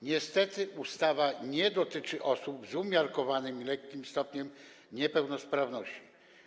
Niestety ustawa nie dotyczy osób z umiarkowanym i lekkim stopniem niepełnosprawności.